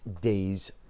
Days